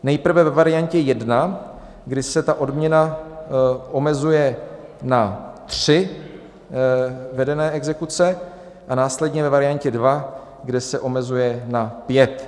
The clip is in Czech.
Nejprve ve variantě 1, kdy se odměna omezuje na tři vedené exekuce, a následně ve variantě 2, kde se omezuje na pět.